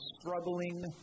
struggling